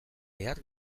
behar